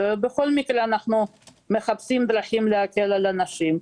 בכל מקרה אנו מחפשים דרכים להקל על אנשים.